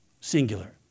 singular